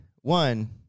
One